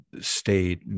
state